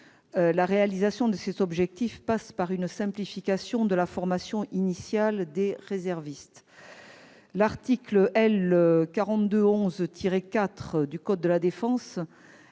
La réalisation de cet objectif passe par une simplification de la formation initiale des réservistes. L'article L. 4211-4 du code de la défense